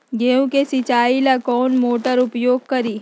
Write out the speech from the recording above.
गेंहू के सिंचाई ला कौन मोटर उपयोग करी?